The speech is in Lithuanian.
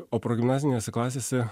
o progimnazinėse klasėse